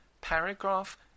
paragraph